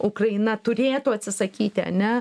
ukraina turėtų atsisakyti ane